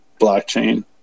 blockchain